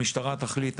המשטרה תחליט,